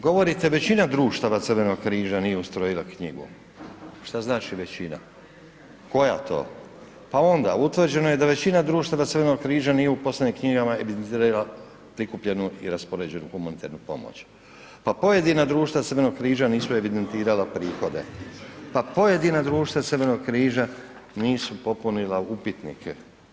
Govorite većina društava Crvenog križa nije ustrojila knjigu, šta znači većina, koja to, pa onda utvrđeno je da većina društava Crvenog križa nije u poslovnim knjigama evidentirala prikupljenu i raspoređenu humanitarnu pomoć, pa pojedina društva Crvenog križa nisu evidentirala prihode, pa pojedina društva Crvenog križa nisu popunila upitnike.